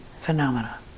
phenomena